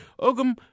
ogum